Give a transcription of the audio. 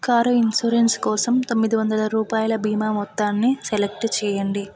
car insurance కోసం తొమ్మిది వందల రూపాయల భీమా మొత్తాన్ని సెలెక్ట్ చేయండి